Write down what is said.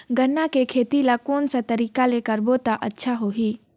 गन्ना के खेती ला कोन सा तरीका ले करबो त अच्छा होही?